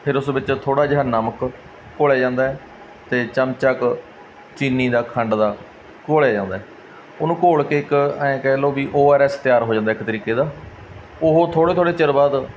ਫਿਰ ਉਸ ਵਿੱਚ ਥੋੜ੍ਹਾ ਜਿਹਾ ਨਮਕ ਘੋਲਿਆ ਜਾਂਦਾ ਹੈ ਅਤੇ ਚਮਚਾ ਕੁ ਚੀਨੀ ਦਾ ਖੰਡ ਦਾ ਘੋਲਿਆ ਜਾਂਦਾ ਹੈ ਉਹਨੂੰ ਘੋਲ ਕੇ ਇੱਕ ਐਂ ਕਹਿ ਲਓ ਵੀ ਓ ਆਰ ਐੱਸ ਤਿਆਰ ਹੋ ਜਾਂਦਾ ਇੱਕ ਤਰੀਕੇ ਦਾ ਉਹ ਥੋੜ੍ਹੇ ਥੋੜ੍ਹੇ ਚਿਰ ਬਾਅਦ